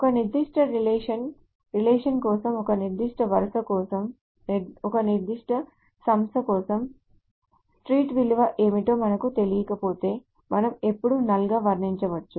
ఒక నిర్దిష్ట relation relation కోసం ఒక నిర్దిష్ట వరుస కోసం ఒక నిర్దిష్ట సంస్థ కోసం street విలువ ఏమిటో మనకు తెలియకపోతే మనం ఎల్లప్పుడూ null గా వర్ణించవచ్చు